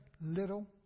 little